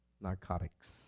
narcotics